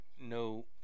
no